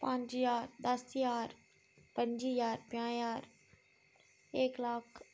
पंज ज्हार दस ज्हार पंजी ज्हार पंजाह् ज्हार एक्क लक्ख